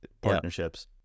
partnerships